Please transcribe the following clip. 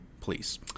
please